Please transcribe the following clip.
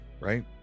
right